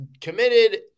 committed